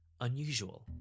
Unusual